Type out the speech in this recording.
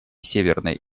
северной